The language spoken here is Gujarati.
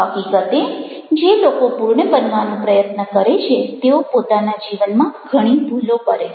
હકીકતે જે લોકો પૂર્ણ બનવાનો પ્રયત્ન કરે છે તેઓ પોતાના જીવનમાં ઘણી ભૂલો કરે છે